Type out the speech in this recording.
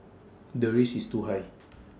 the risk is too high